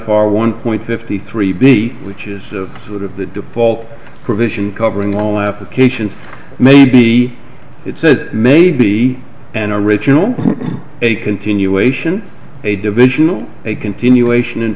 f r one point fifty three b which is sort of the default provision covering all applications maybe it says maybe an original a continuation a division a continuation in